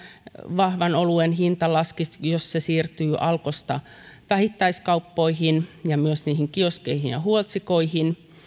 vahvan oluen hinta laskisi jos se siirtyy alkosta vähittäiskauppoihin ja myös kioskeihin ja huoltsikoihin